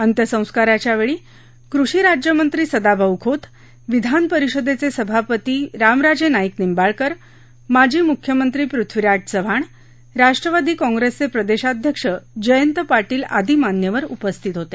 अंत्यसंस्कांराच्यावेळी कृषी राज्यमंत्री सदाभाऊ खोत विधानपरिषदेचे सभापती रामराजे नाईक निंबाळकर माजी मुख्यमंत्री पृथ्वीराज चव्हाण राष्ट्रवादी काँग्रेसचे प्रदेशाध्यक्ष जयंत पाटील आदी मान्यवर उपस्थित होते